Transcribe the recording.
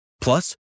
Plus